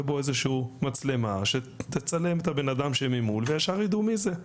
בו איזושהי מצלמה שתצלם את הבן אדם שממול וישר ידעו מי זה,